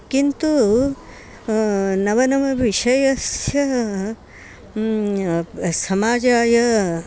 किन्तु नवनवविषयान् समाजाय